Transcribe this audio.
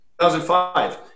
2005